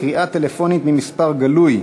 קריאה טלפונית ממספר גלוי),